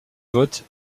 vote